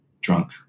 drunk